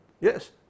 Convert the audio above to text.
Yes